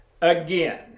again